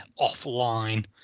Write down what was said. offline